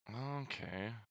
Okay